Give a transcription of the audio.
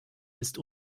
ist